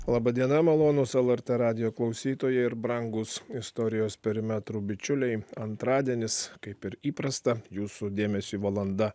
laba diena malonūs lrt radijo klausytojai ir brangūs istorijos perimetro bičiuliai antradienis kaip ir įprasta jūsų dėmesiui valanda